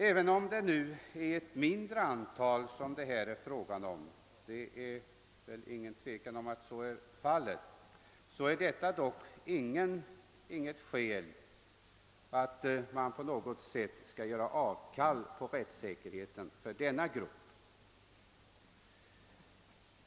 Även om det nu är fråga om ett mindre antal människor — och det är inget tvivel om att så är förhållandet — är detta dock inget skäl att ge avkall på rättssäkerheten för denna grupp.